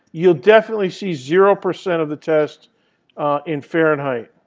you'll definitely see zero percent of the test in fahrenheit.